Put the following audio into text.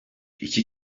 iki